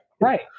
right